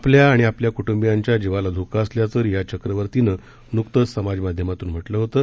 आपल्या आणि आपल्या कुटुंबियांच्या जीवाला धोका असल्याचं रिया चक्रवर्तीनं नुकतंच समाज माध्यमातून म्हटलं होतं